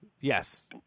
Yes